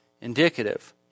Indicative